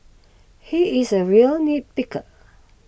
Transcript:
he is a real nit picker